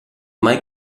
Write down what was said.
mai